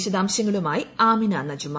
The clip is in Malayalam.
വിശദാംശങ്ങളുമായി ആമിന നജുമ